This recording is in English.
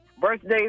birthdays